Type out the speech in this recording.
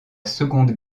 seconde